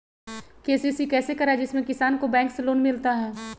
KCC कैसे कराये जिसमे किसान को बैंक से लोन मिलता है?